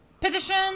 Petition